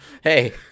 Hey